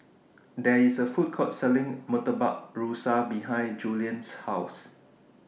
There IS A Food Court Selling Murtabak Rusa behind Juliann's House